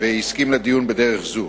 והסכים לדיון בדרך זאת.